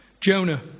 Jonah